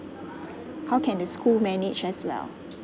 how can the school manage as well